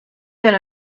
going